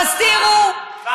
תסתירו,